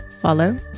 follow